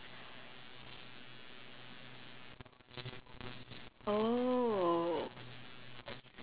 oh